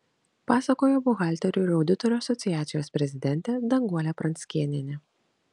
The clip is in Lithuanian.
pasakojo buhalterių ir auditorių asociacijos prezidentė danguolė pranckėnienė